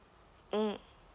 mm